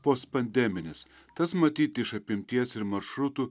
post pandeminis tas matyti iš apimties ir maršrutų